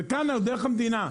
בקנדה הוא דרך המדינה.